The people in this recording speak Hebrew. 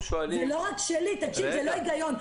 זה לא רק שלי, זה לא היגיון.